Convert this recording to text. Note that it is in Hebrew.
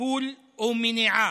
טיפול ומניעה,